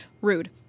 rude